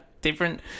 Different